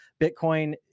Bitcoin